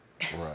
Right